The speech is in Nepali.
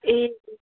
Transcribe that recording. ए